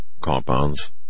compounds